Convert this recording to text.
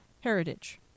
heritage